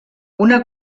una